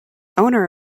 owner